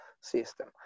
system